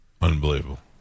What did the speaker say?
Unbelievable